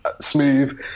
smooth